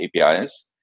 APIs